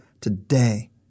today